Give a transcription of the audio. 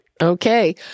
Okay